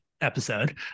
Episode